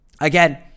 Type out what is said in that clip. Again